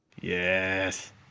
Yes